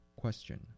Question